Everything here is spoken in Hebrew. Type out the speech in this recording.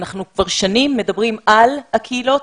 אנחנו כבר שנים מדברים על הקהילות,